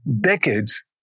decades